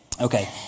Okay